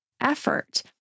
effort